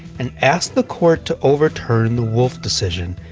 and asked the court to overturn the wolf decision,